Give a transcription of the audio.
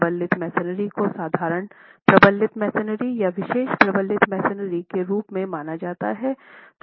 प्रबलित मैसनरी को साधारण प्रबलित मैसनरी या विशेष प्रबलित मैसनरी के रूप में माना जाता है